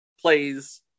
plays